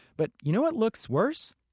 but you know what looks worse?